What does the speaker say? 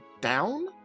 down